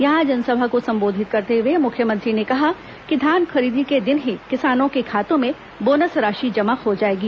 यहां जनसभा को संबोधित करते हुए मुख्यमंत्री ने कहा कि धान खरीदी के दिन ही किसानों के खातों में बोनस राशि जमा हो जाएगी